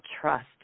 trust